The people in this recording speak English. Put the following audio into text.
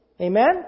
Amen